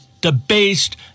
debased